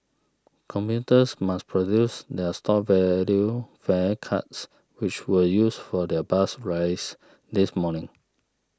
commuters must produce their stored value fare cards which were used for their bus rides this morning